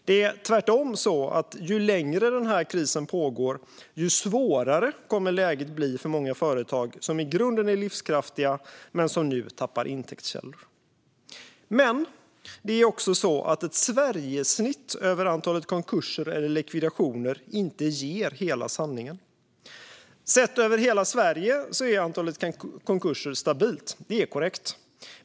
Det är tvärtom så att ju längre den här krisen pågår, desto svårare kommer läget att bli för många företag som i grunden är livskraftiga men som nu tappar intäktskällor. Den andra saken som man missar är att ett Sverigesnitt över antalet konkurser eller likvidationer inte ger hela sanningen. Sett över hela Sverige är antalet konkurser stabilt. Det är korrekt.